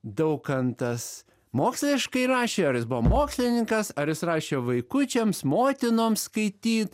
daukantas moksliškai rašė ar jis buvo mokslininkas ar jis rašė vaikučiams motinoms skaityt